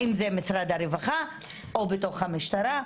האם זה משרד הרווחה, או בתוך המשטרה?